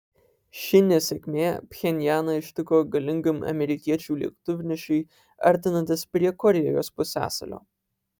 ši nesėkmė pchenjaną ištiko galingam amerikiečių lėktuvnešiui artinantis prie korėjos pusiasalio